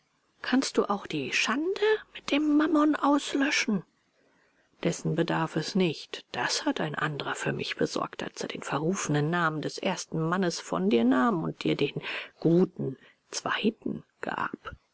kannst du auch die schande mit dem mammon auslöschen dessen bedarf es nicht das hat ein anderer für mich besorgt als er den verrufenen namen des ersten mannes von dir nahm und dir den guten zweiten gab